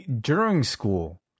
during-school